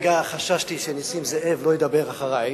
חששתי שנסים זאב לא ידבר אחרי,